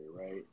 right